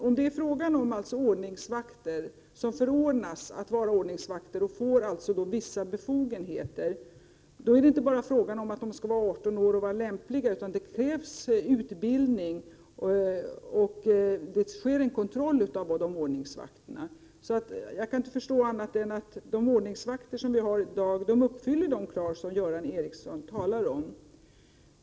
Om det är fråga om personer som förordnas till ordningsvakter och därmed får vissa befogenheter, krävs inte bara att de skall vara 18 år och lämpliga, utan det krävs utbildning och det sker en kontroll av dessa personer. Jag kan inte förstå annat än att de ordningsvakter som vi i dag har uppfyller de krav som Göran Ericsson talar om.